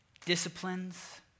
disciplines